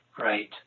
Right